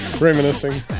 reminiscing